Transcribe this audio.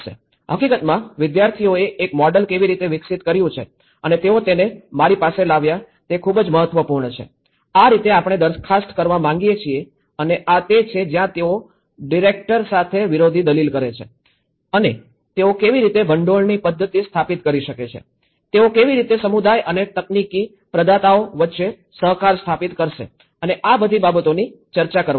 હકીકતમાં વિદ્યાર્થીઓએ એક મોડેલ કેવી રીતે વિકસિત કર્યું છે અને તેઓ તેને મારી પાસે લાવ્યા તે ખૂબ જ મહત્વપૂર્ણ છે આ રીતે આપણે દરખાસ્ત કરવા માંગીએ છીએ અને આ તે છે જ્યાં તેઓ ડિરેક્ટર સાથે વિરોધી દલીલ કરે છે અને તેઓ કેવી રીતે ભંડોળની પદ્ધતિ સ્થાપિત કરી શકે છે તેઓ કેવી રીતે સમુદાય અને તકનીકી પ્રદાતાઓ વચ્ચે સહકાર સ્થાપિત કરશે આ બધી બાબતોની ચર્ચા કરવામાં આવી છે